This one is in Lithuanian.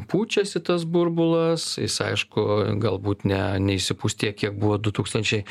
pučiasi tas burbulas jis aišku galbūt ne neišsipūs tiek kiek buvo du tūkstančiai